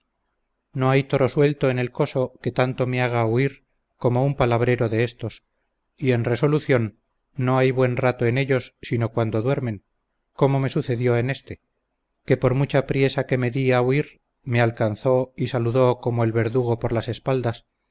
no hay toro suelto en el coso que tanto me haga huir como un palabrero de estos y en resolución no hay buen rato en ellos sino cuando duermen como me sucedió en este que por mucha priesa que me di a huir me alcanzó y saludó como el verdugo por las espaldas